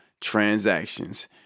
transactions